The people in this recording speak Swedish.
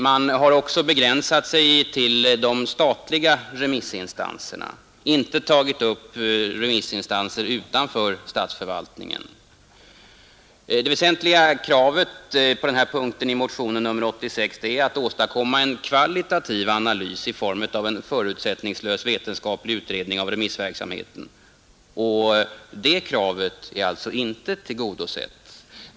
Man har också begränsat sig till de statliga remissinstanserna och inte tagit upp remissinstanser utanför statsförvaltningen. Det väsentliga kravet på denna punkt i motionen 86 är att åstadkomma en kvalitativ analys i form av en förutsättningslös vetenskaplig kartläggning av remissverksamheten. Det kravet är alltså inte tillgodosett.